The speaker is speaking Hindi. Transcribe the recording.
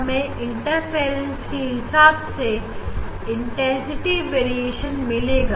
हमें इंटरफेरेंस के हिसाब से इंटेंसिटी वेरिएशन मिलेगा